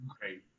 great